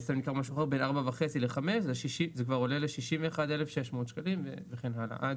בין 4.5 ל-5 זה כבר עולה ל-61,600 שקלים וכן הלאה.